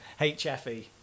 HFE